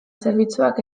zerbitzuak